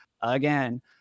again